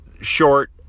short